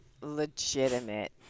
legitimate